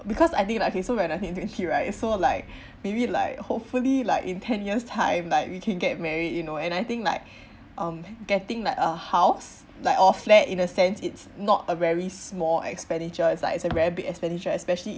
because I think like okay so I relationship right so like maybe like hopefully like in ten years time like we can get married you know and I think like um getting like a house like or a flat in a sense it's not a very small expenditure it's like it's a very big expenditure especially